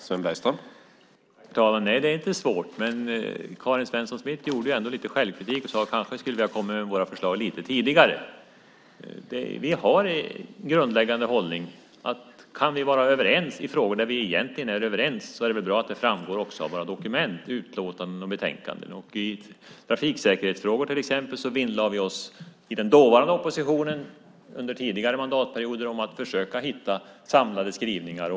Herr talman! Nej, det är inte svårt. Karin Svensson Smith var ändå lite självkritisk och sade att de kanske skulle ha kommit med sina förslag lite tidigare. Vi har en grundläggande hållning att om vi kan vara överens i frågor där vi egentligen är överens är det bra om det också framgår av våra dokument, utlåtanden och betänkanden. I trafiksäkerhetsfrågor vinnlade vi oss i den dåvarande oppositionen, under tidigare mandatperioder, om att försöka hitta samlade skrivningar.